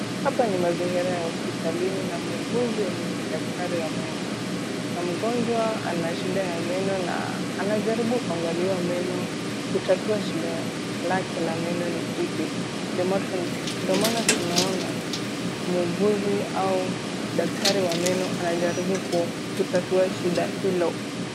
Hapa ni mazingira ya hospitalini na muuguzi ni daktari wa meno na mgonjwa ana shida ya meno na anajaribu kuangaliwa meno, kutatua shida lake la meno ni ipi. Ndio maana tunaona muuguzi au daktari wa meno anajaraibu kutatua shida hilo.